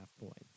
points